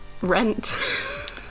rent